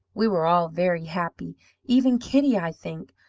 we were all very happy even kitty, i think,